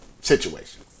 situation